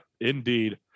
indeed